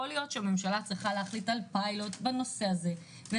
יכול להיות שצריך להחליט על פיילוט כי צריכים